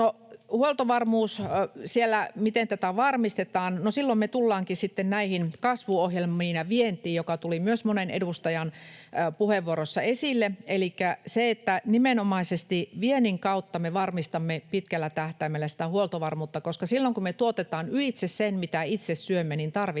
huoltovarmuus, miten tätä siellä varmistetaan? No, silloin me tullaankin sitten näihin kasvuohjelmiin ja vientiin, jotka tulivat myös monen edustajan puheenvuoroissa esille. Elikkä nimenomaisesti viennin kautta me varmistamme pitkällä tähtäimellä sitä huoltovarmuutta, koska silloin, kun me tuotetaan ylitse sen, mitä itse syömme, meillä tarvittaessa